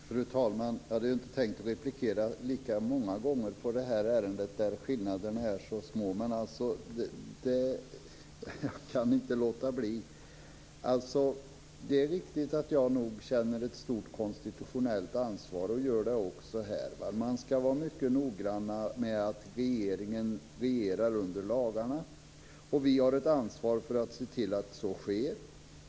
Fru talman! Jag hade inte tänkt replikera lika många gånger i det här ärendet, där skillnaderna är så små. Men jag kan inte låta bli. Det är riktigt att jag nog känner ett stort konstitutionellt ansvar och jag gör det även här. Man ska vara mycket noggrann med att regeringen regerar under lagarna. Vi har ett ansvar att se till att så sker.